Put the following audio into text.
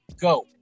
go